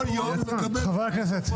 --- חבר הכנסת אשר.